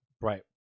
Right